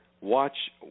watch